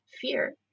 fear